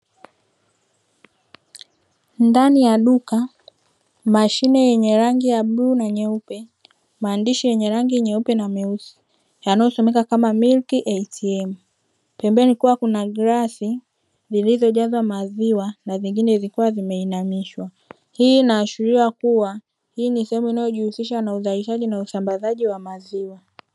Ndani ya duka mashine yenye rangi ya bluu na nyeupe, maandishi yenye rangi nyeupe na meusi yanayosomeka kama ''MILK ATM'' pembeni kukiwa na bilauri, zilizojazwa maziwa na zingine zikiwa zimeinamishwa, hii inaashiria kuwa hii ni sehemu inayojihusisha na uzalishaji na usambazaji wa maziwa.